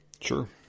Sure